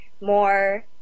more